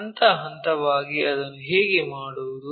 ಹಂತ ಹಂತವಾಗಿ ಅದನ್ನು ಹೇಗೆ ಮಾಡುವುದು